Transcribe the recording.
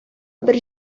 бер